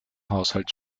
haushalt